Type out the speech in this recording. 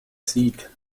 sieht